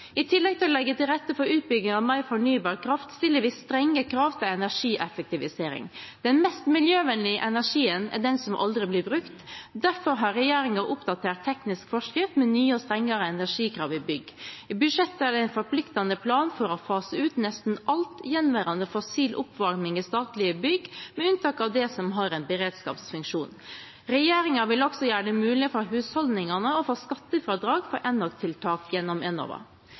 I tillegg til å legge til rette for utbygging av mer fornybar kraft stiller vi strenge krav til energieffektivisering. Den mest miljøvennlige energien er den som aldri blir brukt, derfor har regjeringen oppdatert teknisk forskrift med nye og strengere energikrav i bygg. I budsjettet er det en forpliktende plan for å fase ut nesten all gjenværende fossil oppvarming i statlige bygg, med unntak av det som har en beredskapsfunksjon. Regjeringen vil også gjøre det mulig for husholdningene å få skattefradrag for enøktiltak gjennom Enova.